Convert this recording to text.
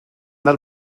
del